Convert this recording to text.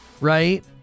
Right